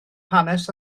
hanes